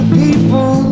people